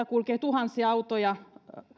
kulkee tuhansia autoja